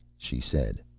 she said.